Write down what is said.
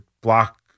block